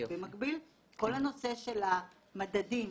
במקביל כל הנושא של מדדים,